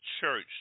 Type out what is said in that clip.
church